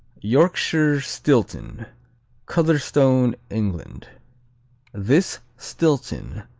yorkshire-stilton cotherstone, england this stilton,